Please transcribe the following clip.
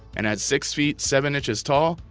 and at six-feet, seven inches tall,